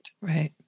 Right